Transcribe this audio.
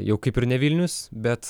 jau kaip ir ne vilnius bet